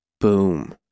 boom